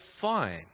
fine